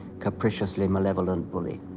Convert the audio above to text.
capriciously malevolent bully.